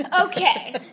Okay